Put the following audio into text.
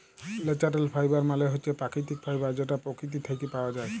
ল্যাচারেল ফাইবার মালে হছে পাকিতিক ফাইবার যেট পকিতি থ্যাইকে পাউয়া যায়